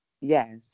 yes